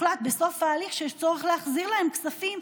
בסוף ההליך, אם יוחלט שיש צורך להחזיר להן כספים,